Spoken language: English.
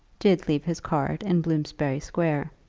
did leave his card in bloomsbury square.